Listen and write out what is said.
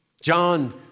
John